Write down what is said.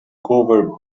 cover